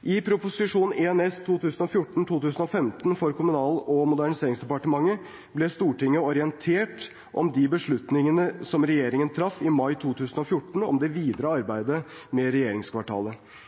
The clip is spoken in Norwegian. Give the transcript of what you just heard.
I Prop.1 S for 2014–2015 for Kommunal- og moderniseringsdepartementet ble Stortinget orientert om de beslutningene som regjeringen traff i mai 2014 om det videre arbeidet med regjeringskvartalet.